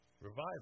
Revival